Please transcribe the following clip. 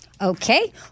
Okay